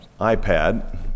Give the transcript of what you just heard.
iPad